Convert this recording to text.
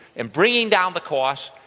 in bringing down the cost,